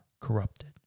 corrupted